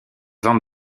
vente